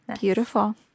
Beautiful